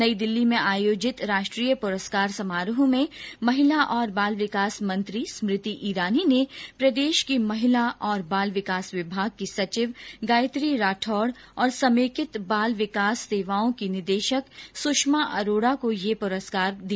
नई दिल्ली में आयोजित राष्ट्रीय प्रस्कार समारोह में महिला और बाल विकास मंत्री स्मृति ईरानी ने प्रदेश की महिला और बाल विकास विभाग की सचिव गायत्री राठौड और समेकित बाल विकास सेवाओं की निदेशक सुषमा अरोडा को यह पुरस्कार प्रदान किया